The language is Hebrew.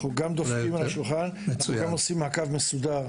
אנחנו גם דופקים על השולחן וגם עושים מעקב מסודר.